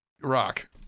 Rock